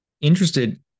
interested